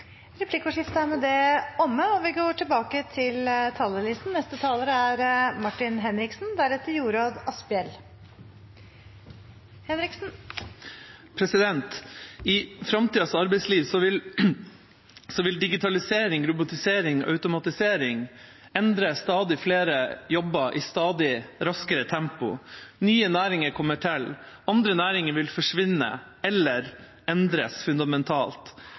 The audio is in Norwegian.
Replikkordskiftet er dermed omme. I framtidas arbeidsliv vil digitalisering, robotisering og automatisering endre stadig flere jobber i stadig raskere tempo. Nye næringer kommer til, andre næringer vil forsvinne eller endres fundamentalt.